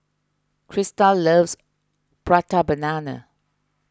Christa loves Prata Banana